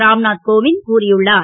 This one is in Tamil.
ராம்நாத் கோவிந்த் கூறியுள்ளார்